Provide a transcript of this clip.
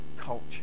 culture